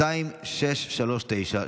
2639,